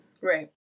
Right